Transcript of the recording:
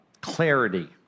clarity